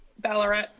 Ballarat